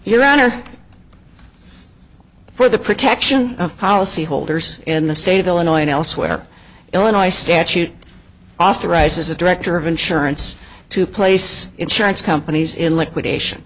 your honor for the protection of policyholders in the state of illinois and elsewhere illinois statute authorizes a director of insurance to place insurance companies in liquidation